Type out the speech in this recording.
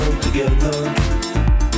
together